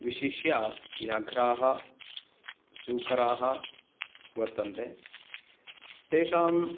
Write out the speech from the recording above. विशिष्य व्याघ्राः सूकराः वर्तन्ते तेषां